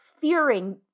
fearing